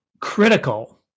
critical